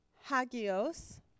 Hagios